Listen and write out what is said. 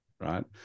Right